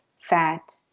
fat